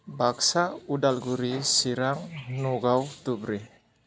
Baksa Udalguri Chirang Nagaon Dhubri